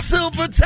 Silver